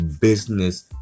business